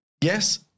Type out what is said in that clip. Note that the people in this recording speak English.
yes